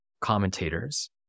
commentators